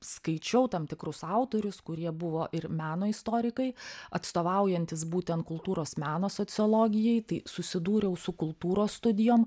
skaičiau tam tikrus autorius kurie buvo ir meno istorikai atstovaujantys būtent kultūros meno sociologijai tai susidūriau su kultūros studijom